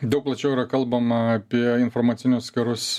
daug plačiau yra kalbama apie informacinius karus